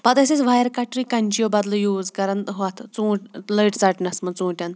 پَتہٕ ٲسۍ أسۍ وایَر کٹرٕ کنٛچِیو بَدلہٕ یوٗز کَران ہۄتھ ژوٗنٛٹھۍ لٔٹۍ ژَٹنَس منٛز ژوٗٹیٚن